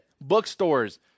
Bookstores